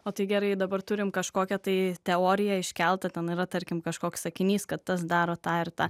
o tai gerai dabar turim kažkokią tai teoriją iškeltą ten yra tarkim kažkoks sakinys kad tas daro tą ir tą